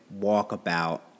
walkabout